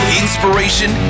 inspiration